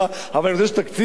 חבר הכנסת גפני,